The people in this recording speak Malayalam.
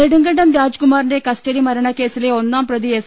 നെടുങ്കണ്ടം രാജ്കുമാറിന്റെ കസ്റ്റഡി മരണ കേസിലെ ഒന്നാം പ്രതി എസ്